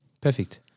Perfect